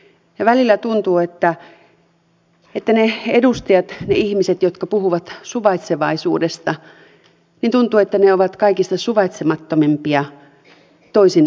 ja välillä tuntuu että ne edustajat ne ihmiset jotka puhuvat suvaitsevaisuudesta ovat kaikista suvaitsemattomimpia toisin ajattelevia kohtaan